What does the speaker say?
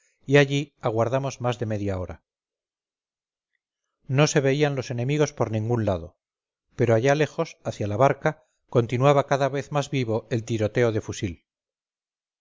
y allí aguardamos más de media hora no se veían los enemigos por ningún lado pero allá lejos hacia la barca continuaba cada vez más vivo el tiroteo de fusil